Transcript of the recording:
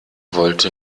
wollte